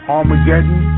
Armageddon